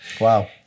Wow